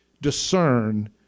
discern